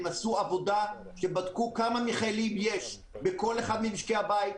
הם עשו עבודה ובדקו כמה מכלים יש בכל אחד ממשקי הבית.